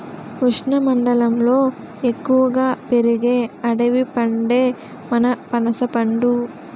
ఉష్ణమండలంలో ఎక్కువగా పెరిగే అడవి పండే మన పనసపండు